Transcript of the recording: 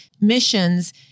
missions